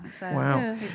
Wow